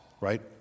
right